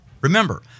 Remember